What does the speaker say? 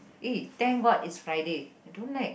eh thank god is Friday I don't like